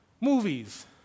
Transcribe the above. movies